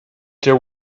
there